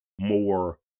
more